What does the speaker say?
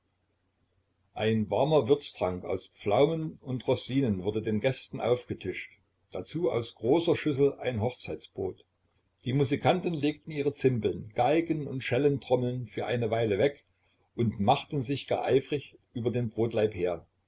ein warmer würztrank aus pflaumen und rosinen wurde den gästen aufgetischt dazu aus großer schüssel ein hochzeitsbrot die musikanten legten ihre zimbeln geigen und schellentrommeln für eine weile weg und machten sich gar eifrig über den brotlaib her